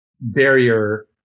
barrier